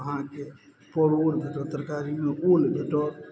अहाँके परोर भेटत तरकारीमे ओल भेटत